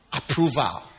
approval